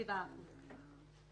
97% נסגרים.